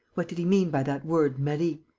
what did he mean by that word, marie?